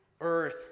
earth